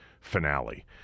finale